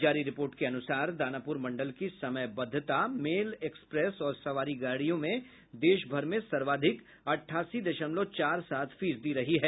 जारी रिपोर्ट के अनुसार दानापुर मंडल की समयबद्धता मेल एक्सप्रेस और सवारी गाड़ियों में देश भर में सर्वाधिक अट्ठासी दशमलव चार सात फीसदी रही है